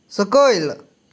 सकयल